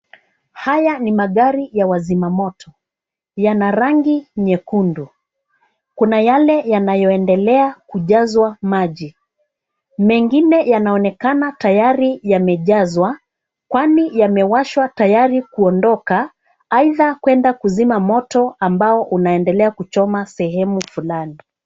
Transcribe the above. Haya ni magari ya wazimamoto , yana rangi nyekundu, kuna yale yanayeendelea kujaswa maji, mengine yanaonekana tayari yamejaswa, kwani yamewaswa tayari kuondoka, aidha kuenda kusima moto ambao unaendelea kuchoma sehemu fulani.